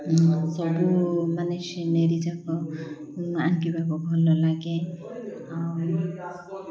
ସବୁ ମାନେ ସିନେରୀ ଯାକ ଅଙ୍କିବାକୁ ଭଲଲାଗେ ଆଉ